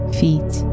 feet